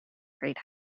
great